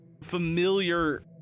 familiar